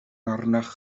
arnoch